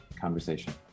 conversation